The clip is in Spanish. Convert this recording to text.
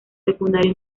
secundario